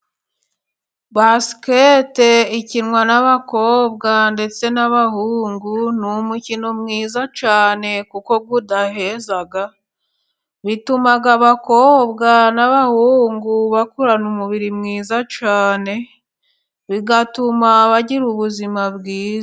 Basikete ikinwa n'abakobwa ndetse n'abahungu. Ni umukino mwiza cyane kuko udaheza. Bituma abakobwa n'abahungu bakurana umubiri mwiza cyane, bigatuma bagira ubuzima bwiza.